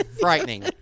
frightening